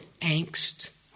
angst